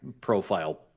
profile